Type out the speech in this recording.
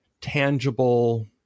tangible